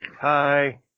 Hi